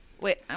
Wait